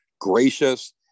gracious